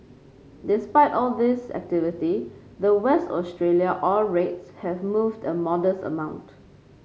despite all this activity the West Australia ore rates have moved a modest amount